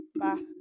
Bye